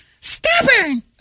Stubborn